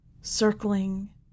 circling